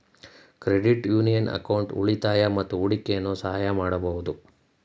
credit union account ಉಳಿತಾಯ ಮತ್ತು ಹೂಡಿಕೆಯನ್ನು ಸಹ ಮಾಡಬಹುದು